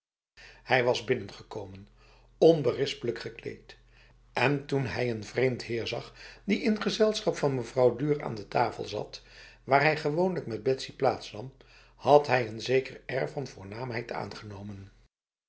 hij was binnengekomen onberispelijk gekleed en toen hij een vreemde heer zag die in gezelschap van mevrouw duhr aan de tafel zat waar hij gewoonlijk met betsy plaatsnam had hij n zeker air van voornaamheid aangenomen